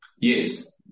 Yes